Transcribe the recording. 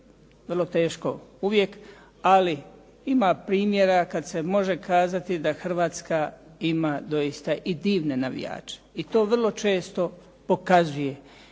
vrlo teško, ali ima primjera kada se može kazati da Hrvatska ima doista i divne navijače i to vrlo često pokazuje.